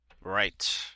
Right